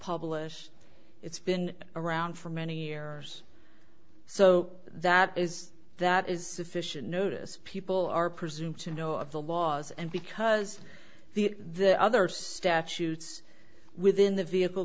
published it's been around for many errors so that is that is sufficient notice people are presumed to know of the laws and because the the other statutes within the vehicle